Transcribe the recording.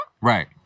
right